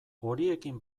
horiekin